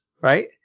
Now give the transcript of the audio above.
right